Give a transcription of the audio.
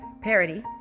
parody